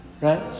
right